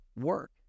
work